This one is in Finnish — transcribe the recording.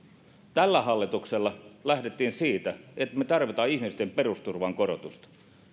tällä hallituksella lähdettiin siitä että tarvitaan ihmisten perusturvan korotusta